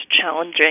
challenging